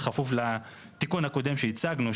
בכפוף לתיקון הקודם שהצגנו,